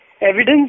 Evidence